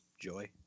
joy